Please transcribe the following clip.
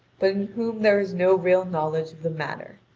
but in whom there is no real knowledge of the matter.